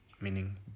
meaning